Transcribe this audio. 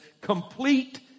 complete